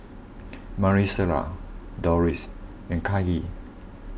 Maricela Dorris and Kahlil